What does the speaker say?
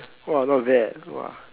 !wah! not bad !wah!